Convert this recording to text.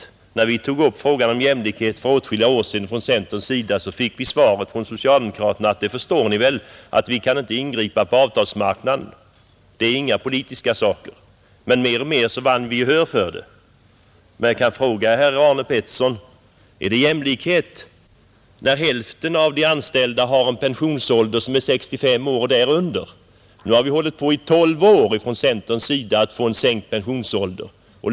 När vi från centerns sida tog upp frågan om jämlikhet för åtskilliga år sedan, fick vi svaret från socialdemokraterna att staten inte kunde ingripa på avtalsmarknaden. Men mer och mer vann vi gehör för vår uppfattning. Och är det jämlikhet, herr Arne Pettersson, när hälften av de anställda har en pensionsålder som är 65 år och därunder? Vi har hållit på i tolv år och försökt få en sänkt pensionsålder.